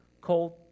called